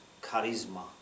charisma